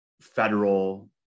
federal